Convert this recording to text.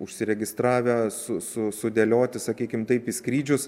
užsiregistravę su su sudėlioti sakykim taip skrydžius